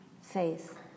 faith